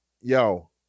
yo